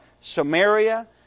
Samaria